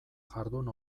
jardun